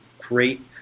great